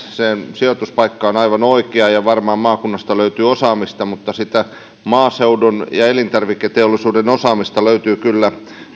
sijoituspaikka on aivan oikea ja varmaan maakunnasta löytyy osaamista mutta sitä maaseudun ja elintarviketeollisuuden osaamista löytyy kyllä